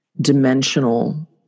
dimensional